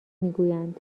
میگویند